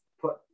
put